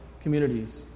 communities